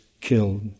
killed